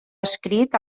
escrit